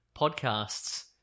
podcasts